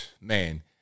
man